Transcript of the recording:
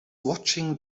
watching